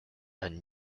and